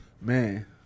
Man